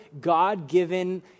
God-given